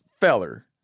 feller